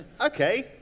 Okay